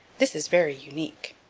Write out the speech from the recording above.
this is very unique.